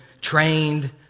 trained